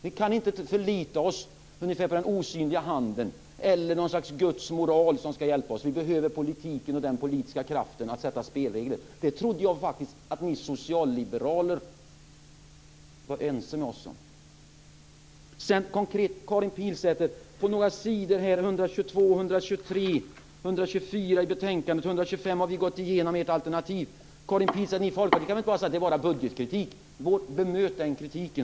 Vi kan inte förlita oss på den osynliga handen eller på något slags Guds moral som ska hjälpa oss. Vi behöver politiken och den politiska kraften att sätta upp spelregler. Det trodde jag faktiskt att ni socialliberaler var ense med oss om. Sedan konkret, Karin Pilsäter, har vi gått igenom ert alternativ på sidorna 122-125 i betänkandet. Ni i Folkpartiet kan väl inte bara säga att det bara är budgetkritik. Bemöt i så fall den kritiken!